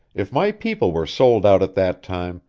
if my people were sold out at that time,